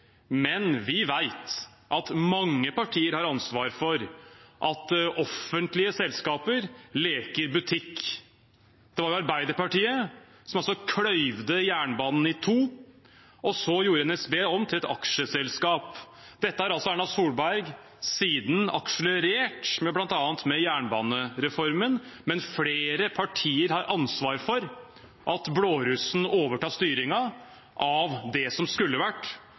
men vi vet at mange partier har ansvar for at offentlige selskaper leker butikk. Det var jo Arbeiderpartiet som kløyvde jernbanen i to og så gjorde NSB om til et aksjeselskap. Dette har Erna Solberg siden akselerert med bl.a. jernbanereformen, men flere partier har ansvar for at blårussen overtar styringen av det som skulle vært,